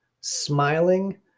smiling